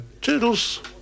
toodles